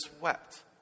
wept